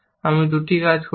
আমি দুটি কাজ করেছি